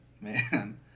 man